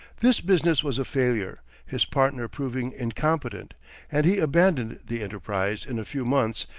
this business was a failure, his partner proving incompetent and he abandoned the enterprise in a few months,